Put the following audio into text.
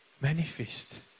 manifest